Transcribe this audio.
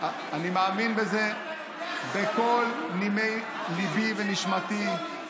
אני מאמין בזה בכל נימי ליבי ונשמתי.